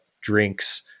drinks